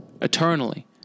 eternally